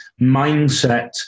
mindset